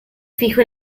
fijo